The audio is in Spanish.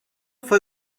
fue